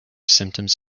symptoms